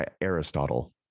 Aristotle